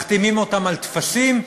מחתימים אותם על טפסים,